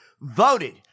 voted